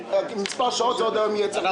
בתוך מספר שעות חוות הדעת תהיה אצלך בוועדה.